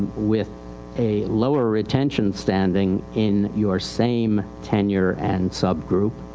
with a lower retention standing in your same tenure and sub-group.